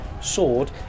sword